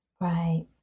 Right